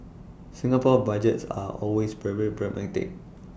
Singapore Budgets are always very pragmatic